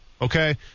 Okay